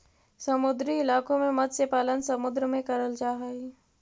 समुद्री इलाकों में मत्स्य पालन समुद्र में करल जा हई